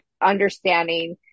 understanding